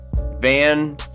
Van